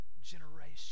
generation